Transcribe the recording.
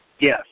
Yes